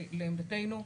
ולעמדתנו,